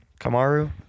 Kamaru